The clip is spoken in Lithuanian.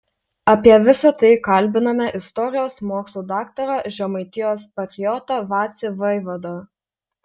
apie visa tai kalbiname istorijos mokslų daktarą žemaitijos patriotą vacį vaivadą